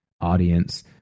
audience